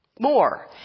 More